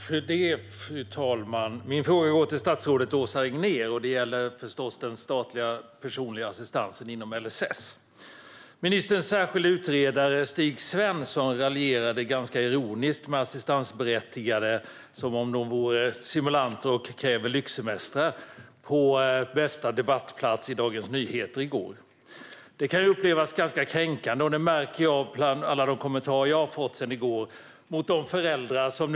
Fru talman! Min fråga går till statsrådet Åsa Regnér och gäller förstås den statliga personliga assistansen inom LSS. Ministerns särskilda utredare Stig Svensson raljerade i går på bästa debattplats i Dagens Nyheter med assistansberättigade på ett ganska ironiskt sätt, som om de vore simulanter och som om de kräver lyxsemestrar. Det kan upplevas som ganska kränkande mot de föräldrar som nu vakar dygnet runt för att deras barn ska kunna äta och andas.